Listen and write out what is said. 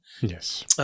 Yes